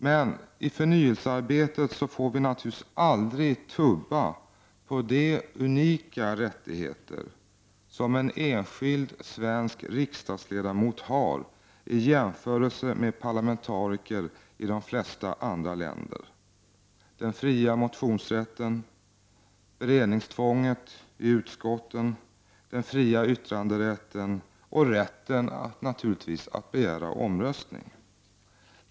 Men i förnyelsearbetet får vi naturligtvis aldrig tumma på de unika rättigheter som en enskild svensk riksdagsledamot har i jämförelse med parlamentariker i de flesta andra länder: den fria motionsrätten, beredningstvånget i utskotten, den fria yttranderätten och naturligtvis rätten att begära omröstning.